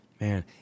man